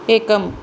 एकम्